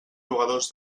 jugadors